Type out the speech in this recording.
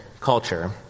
culture